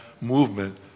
movement